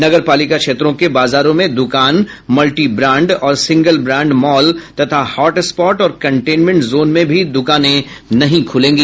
नगर पालिका क्षेत्रों के बाजारों में दुकान मल्टीब्रेंड और सिंगल ब्रेंड मॉल तथा हॉटस्पॉट और कंटेनमेंट जोन में भी दुकानें नहीं खुलेगी